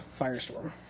Firestorm